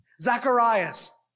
Zacharias